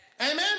Amen